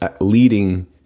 leading